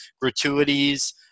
gratuities